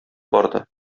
барды